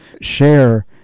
share